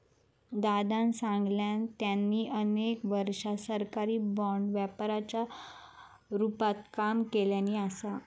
दादानं सांगल्यान, त्यांनी अनेक वर्षा सरकारी बाँड व्यापाराच्या रूपात काम केल्यानी असा